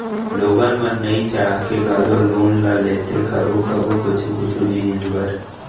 लोगन मन नइ चाह के घलौ लोन ल लेथे कभू कभू कुछु कुछु जिनिस बर